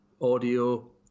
audio